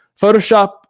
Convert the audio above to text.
photoshop